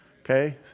Okay